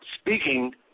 speaking